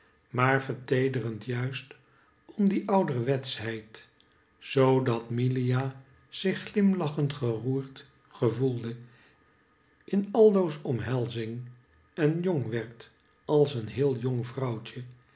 maar verteederend juist om die ouderwetschheid zoo dat milia zich glimlachend geroerd gevoelde in aldo's omhelzing en jong werd als een heel jong vrouwtje